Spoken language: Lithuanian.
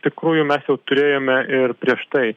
iš tikrųjų mes jau turėjome ir prieš tai